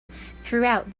throughout